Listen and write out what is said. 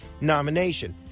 nomination